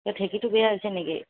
ঢেঁকীতো বেয়া হৈছে নেকি